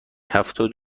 هفتاد